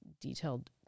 detailed